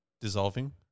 dissolving